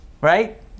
Right